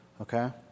Okay